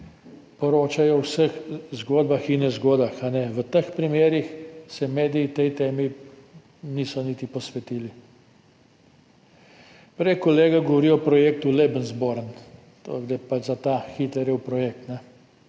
poročajo o vseh zgodbah in nezgodah. V teh primerih se mediji tej temi niso niti posvetili. Prej je kolega govoril o projektu Lebensborn, gre pač za ta Hitlerjev projekt,